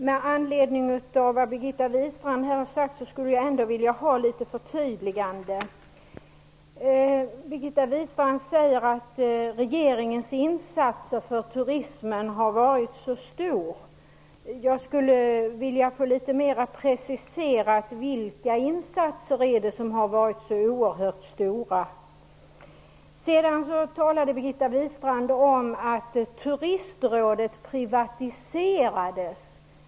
Herr talman! Jag skulle vilja få några förtydliganden med anledning av vad Birgitta Wistrand här har sagt. Birgitta Wistrand säger att regeringens insatser för turismen har varit stora. Jag skulle vilja få litet mera preciserat vilka insatser som har varit så oerhört stora. Birgitta Wistrand talade vidare om att Turistrådet privatiserats.